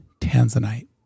tanzanite